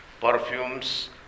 perfumes